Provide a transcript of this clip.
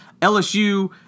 LSU